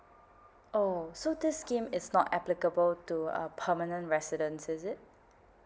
oh so this scheme is not applicable to uh permanent residents is it